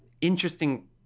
interesting